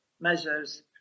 measures